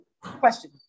Question